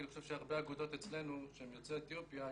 אני חושב שהרבה אגודות אצלנו שהן יוצאי אתיופיה,